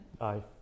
Aye